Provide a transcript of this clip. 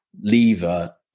lever